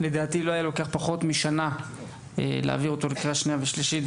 לא היה לוקח פחות משנה להעביר אותו לקריאה שנייה ושלישית,